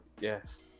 yes